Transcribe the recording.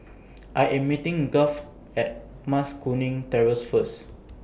I Am meeting Garth At Mas Kuning Terrace First